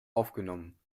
aufgenommen